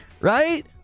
Right